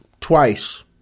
Twice